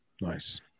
Nice